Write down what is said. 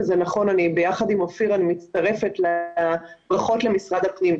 אני ביחד עם אופיר מצטרפת לברכות למשרד הפנים.